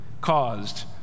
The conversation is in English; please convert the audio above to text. caused